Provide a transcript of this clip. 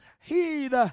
heed